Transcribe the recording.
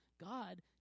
God